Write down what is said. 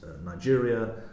Nigeria